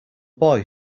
boy